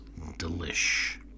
delish